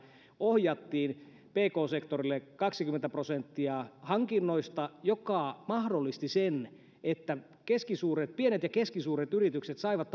ohjattiin pk sektorille kaksikymmentä prosenttia hankinnoista mikä mahdollisti sen että pienet ja keskisuuret yritykset saivat